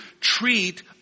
treat